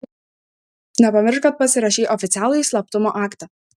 nepamiršk kad pasirašei oficialųjį slaptumo aktą